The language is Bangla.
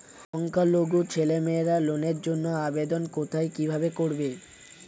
সংখ্যালঘু ছেলেমেয়েরা লোনের জন্য আবেদন কোথায় কিভাবে করবে?